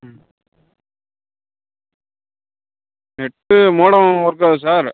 ம் net modem work ஆகுது sir